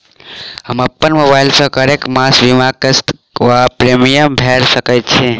हम अप्पन मोबाइल सँ हरेक मास बीमाक किस्त वा प्रिमियम भैर सकैत छी?